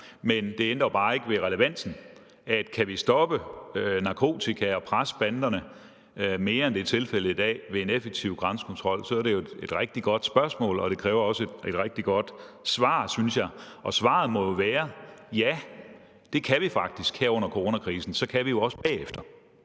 Men det ændrer jo bare ikke ved relevansen. For kan vi stoppe narkotika og presse banderne mere, end det er tilfældet i dag, ved en effektiv grænsekontrol, så er det jo et rigtig godt spørgsmål, og det kræver også et rigtig godt svar, synes jeg, og svaret må være: Ja, det kan vi faktisk her under coronakrisen – og så kan vi også bagefter.